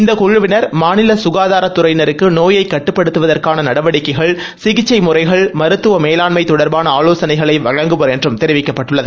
இந்த குழுவினர் மாநில சுகாதாரத் துறையினருக்கு நோயை கட்டுப்படுத்துவதற்கான நடவடிக்கைகள் சிகிச்சை முறைகள் மருத்துவ மேலாண்ம தொடர்பான ஆலோசனைகளை வழங்குவர் என்றும் தெரிவிக்கப்பட்டுள்ளது